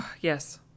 Yes